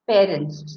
Parents